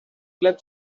club